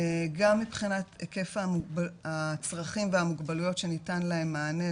גם מבחינת היקף הצרכים והמוגבלויות שניתן להם מענה,